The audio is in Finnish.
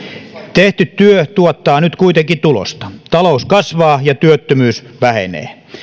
tehty työ tuottaa nyt kuitenkin tulosta talous kasvaa ja työttömyys vähenee